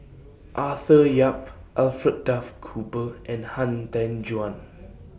Arthur Yap Alfred Duff Cooper and Han Tan Juan